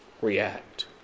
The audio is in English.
react